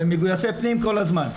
במגויסי פנים כל הזמן.